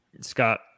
Scott